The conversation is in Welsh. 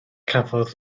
cafodd